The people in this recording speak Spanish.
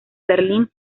berlín